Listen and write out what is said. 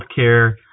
healthcare